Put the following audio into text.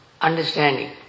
Understanding